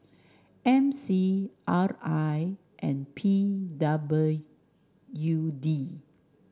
M C R I and P W D